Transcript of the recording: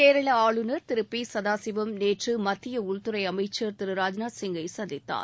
கேரள ஆளுநர் திரு பி சதாசிவம் நேற்று மத்திய உள்துறை அமைச்சள் திரு ராஜ்நாத் சிங்கை சந்தித்தார்